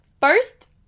first